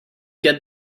get